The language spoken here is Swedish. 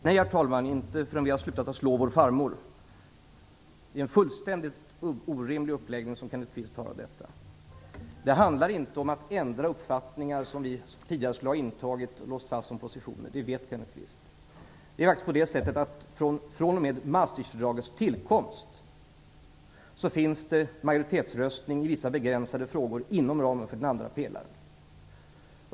Herr talman! Nej, inte förrän vi har slutat att slå vår farmor. Det är en fullständigt orimlig uppläggning som Kenneth Kvist har av detta. Det handlar inte om att ändra uppfattningar som vi tidigare skulle ha intagit och låst fast som positioner. Det vet Kenneth Kvist. fr.o.m. Maastrichtfördragets tillkomst finns det majoritetsröstning i vissa begränsade frågor inom ramen för den andra pelaren.